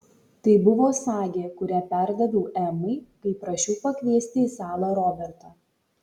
tai buvo sagė kurią perdaviau emai kai prašiau pakviesti į salą robertą